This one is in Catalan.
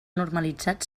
normalitzat